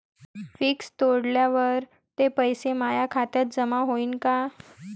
Fix तोडल्यावर ते पैसे माया खात्यात जमा होईनं का?